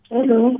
Hello